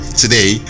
today